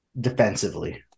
defensively